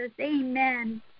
Amen